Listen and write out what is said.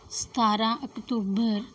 ਸਤਾਰ੍ਹਾਂ ਅਕਤੂਬਰ